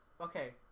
Okay